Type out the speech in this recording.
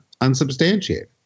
unsubstantiated